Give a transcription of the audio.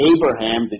Abraham